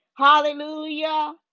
Hallelujah